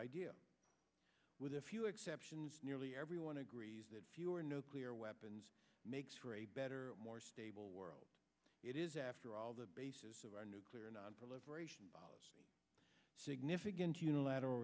with a few exceptions nearly everyone agrees that few or no clear weapons makes for a better more stable world it is after all the basis of our nuclear nonproliferation significant unilateral